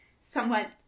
somewhat